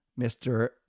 Mr